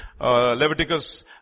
Leviticus